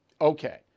Okay